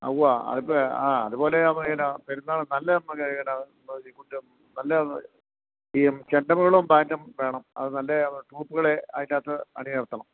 ആ ഉവ്വ് അതിപ്പോള് ആ അതുപോലെ പിന്ന പെരുന്നാള് നല്ല എന്നാ നല്ല ഈ ചെണ്ടമേളവും ബാൻഡും വേണം അത് നല്ല ട്രൂപ്പുകളെ അതിന്റെ അകത്ത് അണിനിരത്തണം